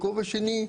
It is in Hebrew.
וכובע שני,